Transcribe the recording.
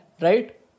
right